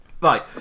Right